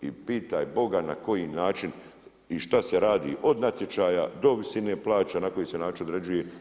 I pitaj Boga na koji način i šta se radi od natječaja do visine plaća, na koji način se određuje.